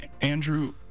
Andrew